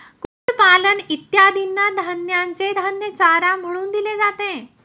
कुक्कुटपालन इत्यादींना धान्याचे धान्य चारा म्हणून दिले जाते